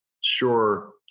sure